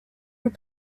were